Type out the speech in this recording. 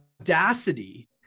audacity